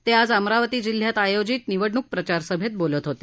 ते आज अमरावती जिल्ह्यात आयोजित निवडणूक प्रचारसभेत बोलत होते